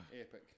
epic